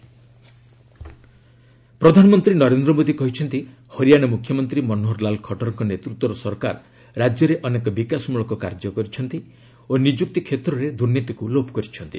add election ପ୍ରଧାନମନ୍ତ୍ରୀ ନରେନ୍ଦ୍ର ମୋଦି କହିଚ୍ଚନ୍ତି ହରିଆଣା ମୁଖ୍ୟମନ୍ତ୍ରୀ ମନୋହରଲାଲ ଖଟ୍ଟରଙ୍କ ନେତୃତ୍ୱର ସରକାର ରାଜ୍ୟରେ ଅନେକ ବିକାଶମ୍ବଳକ କାର୍ଯ୍ୟ କରିଛନ୍ତି ଓ ନିଯୁକ୍ତି କ୍ଷେତ୍ରରେ ଦୁର୍ନୀତିକୁ ଲୋପ କରିଛନ୍ତି